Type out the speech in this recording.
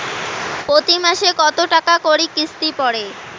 প্রতি মাসে কতো টাকা করি কিস্তি পরে?